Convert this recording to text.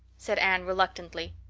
said anne reluctantly.